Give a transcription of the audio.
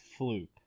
Floop